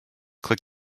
click